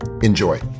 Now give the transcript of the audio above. Enjoy